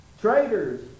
traitors